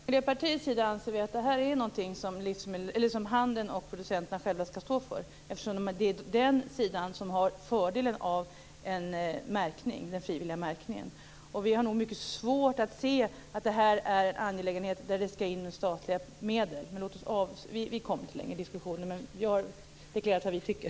Fru talman! Jag vill bara kort säga att från miljöpartiets sida anser vi att det här är något som handeln och producenterna själva skall stå för eftersom det är den sidan som har fördelen av den frivilliga märkningen. Vi har mycket svårt att se att det här är en angelägenhet där det skall in statliga medel. Vi kommer inte längre i diskussionen, men det är vad vi tycker.